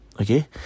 Okay